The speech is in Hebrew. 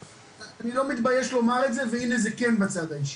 אני לא מתבייש לומר את זה והנה זה כן בצד האישי,